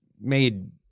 made